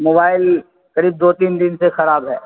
mobile قریب دو تین دن سے خراب ہے